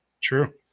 True